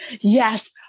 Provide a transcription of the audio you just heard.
Yes